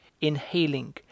Inhaling